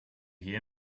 hear